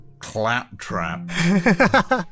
Claptrap